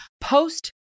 post-